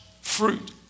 fruit